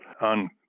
on